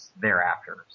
thereafter